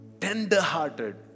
tender-hearted